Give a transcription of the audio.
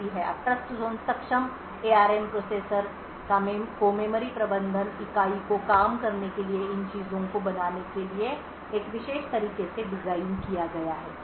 अब ट्रस्टजोन सक्षम ARM processor को मेमोरी प्रबंधन इकाई को काम करने के लिए इन चीजों को बनाने के लिए एक विशेष तरीके से डिज़ाइन किया गया है